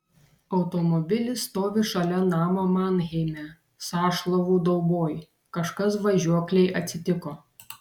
automobilis stovi šalia namo manheime sąšlavų dauboj kažkas važiuoklei atsitiko